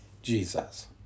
Jesus